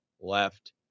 left